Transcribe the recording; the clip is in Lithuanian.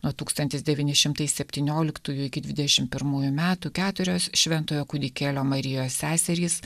nuo tūkstantis devyni šimtai septynioliktųjų iki dvidešim pirmųjų metų keturios šventojo kūdikėlio marijos seserys